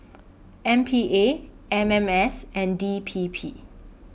M P A M M S and D P P